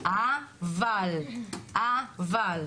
אבל, אבל.